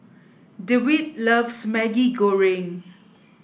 Dewitt loves Maggi Goreng